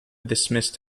dismissed